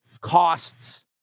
costs